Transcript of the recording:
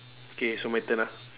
okay so my turn ah